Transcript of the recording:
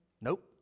Nope